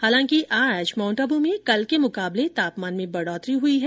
हालांकि आज माउंट आबू में कल के मुकाबले तापमान में बढ़ोतरी हुई है